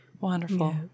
Wonderful